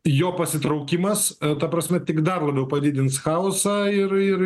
jo pasitraukimas ta prasme tik dar labiau padidins chaosą ir ir